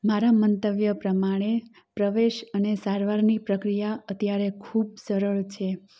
મારા મંતવ્ય પ્રમાણે પ્રવેશ અને સારવારની પ્રક્રિયા અત્યારે ખૂબ સરળ છે